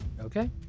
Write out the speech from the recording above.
Okay